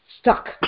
stuck